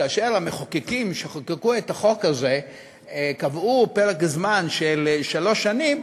כאשר המחוקקים שחוקקו את החוק הזה קבעו פרק זמן של שלוש שנים,